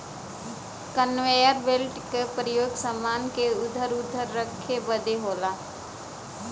conveyor belt क परयोग समान के इधर उधर रखे बदे होला